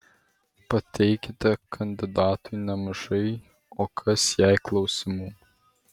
pateikite kandidatui nemažai o kas jei klausimų